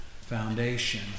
foundation